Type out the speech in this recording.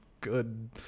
Good